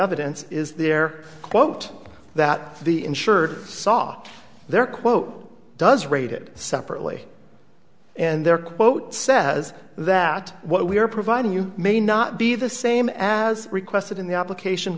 evidence is their quote that the insurer saw their quote does rated separately and their quote says that what we are providing you may not be the same as requested in the application